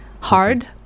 hard